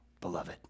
beloved